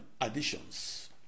additions